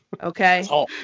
Okay